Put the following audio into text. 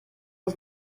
uns